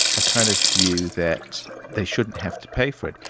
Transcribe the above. a kind of view that they shouldn't have to pay for it.